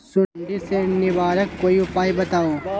सुडी से निवारक कोई उपाय बताऊँ?